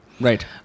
Right